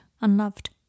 unloved